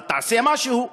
אבל תעשה משהו.